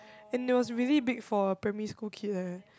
and it was really big for a primary school kid eh